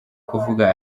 kuvuga